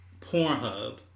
Pornhub